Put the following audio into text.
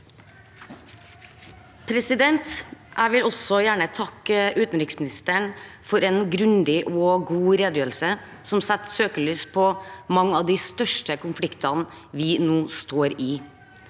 Jeg vil også gjer- ne takke utenriksministeren for en grundig og god redegjørelse som setter søkelys på mange av de største konfliktene vi nå står i.